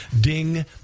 Ding